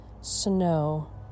snow